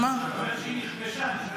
אתה אומר שהיא נכבשה.